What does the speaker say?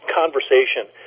conversation